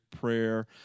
prayer